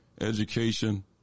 education